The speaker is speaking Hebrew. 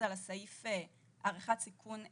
זה על הסעיף של הערכת סיכון אקלימית.